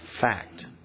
fact